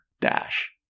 dash